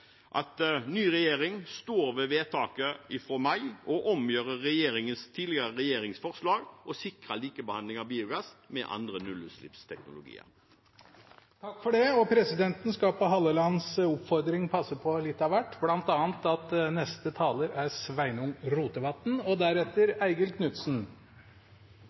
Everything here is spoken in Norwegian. at ny regjering står ved vedtaket fra mai og omgjør tidligere regjerings forslag og sikrer likebehandling av biogass med andre nullutslippsteknologier. Presidenten skal på Hallelands oppfordring passe på litt av hvert, bl.a. at neste taler er Sveinung Rotevatn. Skal Noreg lykkast, treng vi ein sunn økonomi, og